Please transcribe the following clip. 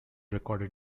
recorded